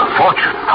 fortune